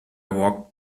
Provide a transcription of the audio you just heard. walked